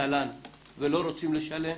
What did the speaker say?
תל"ן ולא רוצים לשלם.